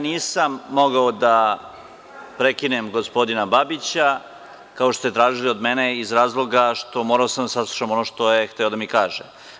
Nisam mogao da prekinem gospodina Babića, kao što ste tražili od mene, iz razloga što sam morao da saslušam ono što je hteo da mi kaže.